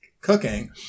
cooking